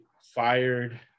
fired